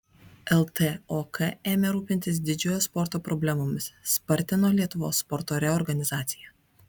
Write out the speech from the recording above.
ltok ėmė rūpintis didžiojo sporto problemomis spartino lietuvos sporto reorganizaciją